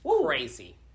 crazy